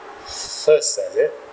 first ah is it